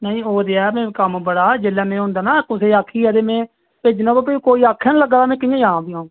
ओह् ते एह् कम्म बडा हा जिसले में थ्होंदा ना कुसेगी आक्खियै में भेजना पर कोई आक्खै नेईं लग्गा दा ते में कियां जां